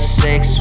six